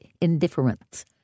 indifference